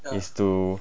is to